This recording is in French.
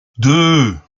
deux